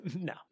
No